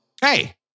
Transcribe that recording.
Hey